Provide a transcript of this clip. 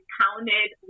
counted